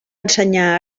ensenyar